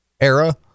era